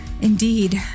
indeed